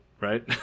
right